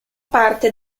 parte